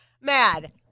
mad